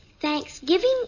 Thanksgiving